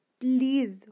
please